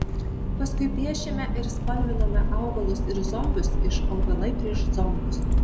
paskui piešėme ir spalvinome augalus ir zombius iš augalai prieš zombius